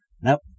Nope